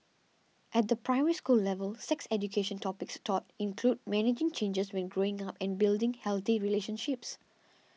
at the Primary School level sex education topics taught include managing changes when growing up and building healthy relationships